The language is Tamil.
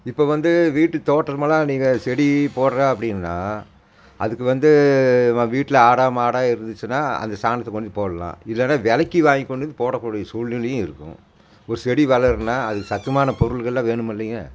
இப்போ வந்து வீட்டு தோட்டமெல்லாம் நீங்கள் செடி போடுற அப்படின்னா அதுக்கு வந்து வீட்டில் ஆடோ மாடோ இருந்துச்சுனா அந்த சாணத்தை கொண்டு போடலாம் இல்லைனா விலைக்கி வாங்கி கொண்டு வந்து போடக்கூடிய சூழ்நிலையும் இருக்கும் ஒரு செடி வளரணுன்னா அதுக்கு சத்துமான பொருளுகள்லாம் வேணும் இல்லைங்க